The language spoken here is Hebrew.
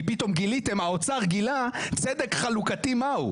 כי פתאום גיליתם, האוצר גילה צדק חלוקתי מהו.